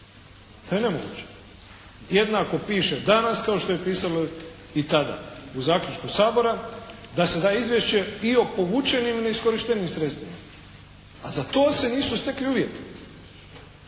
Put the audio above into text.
To je nemoguće. Jednako piše danas kao što je pisalo i tada u zaključku Sabora da se da izvješće i o povučenim, neiskorištenim sredstvima. A za to se nisu stekli uvjeti.